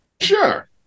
Sure